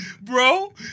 Bro